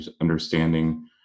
understanding